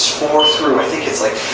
four through, i think it's like,